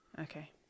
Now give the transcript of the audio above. Okay